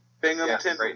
Binghamton